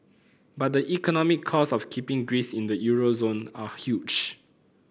but the economic costs of keeping Greece in the euro zone are huge